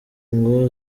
ngo